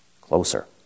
closer